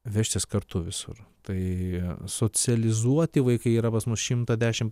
vežtis kartu visur tai socializuoti vaikai yra pas mus šimtą dešimt